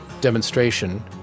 demonstration